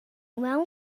mewn